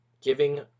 Giving